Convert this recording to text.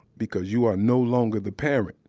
because you are no longer the parent.